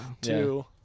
two